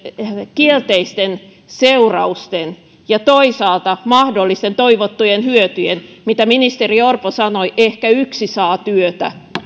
kielteisten seurausten ja toisaalta mahdollisten toivottujen hyötyjen mitä ministeri orpo sanoi ehkä yksi saa työtä